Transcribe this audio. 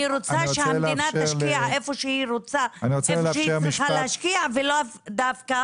אני רוצה שהמדינה תשקיע איפה שהיא צריכה להשקיע ולא דווקא